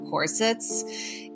corsets